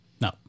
No